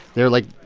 they were, like,